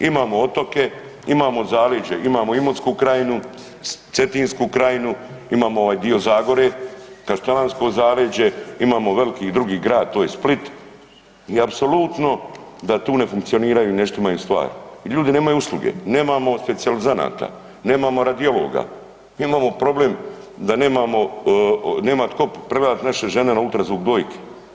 Imamo otoke, imamo zaleđe, imamo Imotsku krajinu, Cetinsku krajinu, imamo ovaj dio Zagore, kaštelansko zaleđe, imamo veliki drugi grad, to je Split i apsolutno da tu ne funkcioniraju i ne štimaju stvari jer ljudi nemaju usluge, nemamo specijalizanata, nemamo radiologa, imamo problem da nemamo, nema tko pregledati naše žene na UZV dojki.